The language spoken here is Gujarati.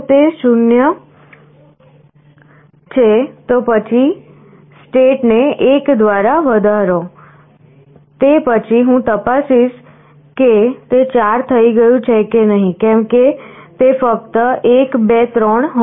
જો તે 0 છે તો પછી સ્ટેટને 1 દ્વારા વધારો તે પછી હું તપાસીશ કે તે 4 થઈ ગયું છે કે નહીં કેમ કે તે ફક્ત 1 2 3